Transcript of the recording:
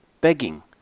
begging